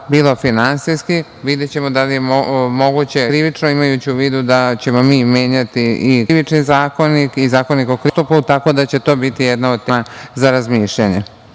bilo finansijski. Videćemo da li je moguće i krivično imajući u vidu da ćemo mi menjati i Krivični zakonik i Zakonik o krivičnom postupku. Tako da će to biti jedna od tema za razmišljanje. Prosto,